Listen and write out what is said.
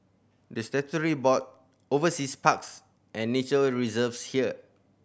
the statutory board oversees parks and nature reserves here